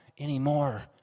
anymore